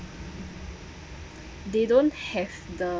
they don't have the